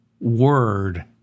word